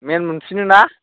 मैन मोनफिनो ना